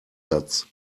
satz